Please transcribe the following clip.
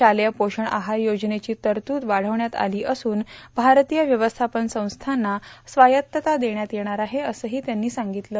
शालेय पोषण आहार योजनेची तरतूद वाढवण्यात आली असून भारतीय व्यवस्थापन संस्थांना स्वायत्तता देण्यात येणार आहे असंही त्यांनी सांगितलं